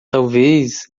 talvez